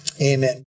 Amen